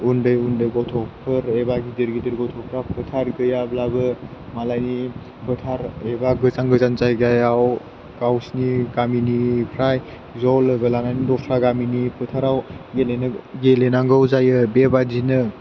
उन्दै उन्दै गथ'फोर एबा गिदिर गिदिर गथ'फ्रा फोथार गैयाब्लाबो मालायनि फोथार एबा गोजान गोजान जायगायाव गावसिनि गामिनिफ्राय ज' लोगो लानानै दस्रा गामिनि फोथाराव गेलेनो गेलेनांगौ जायो बेबादिनो